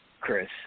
Chris